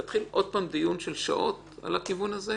להתחיל עוד פעם דיון של שעות על זה?